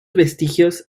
vestigios